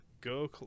go